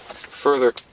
further